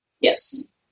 Yes